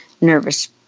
nervous